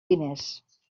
diners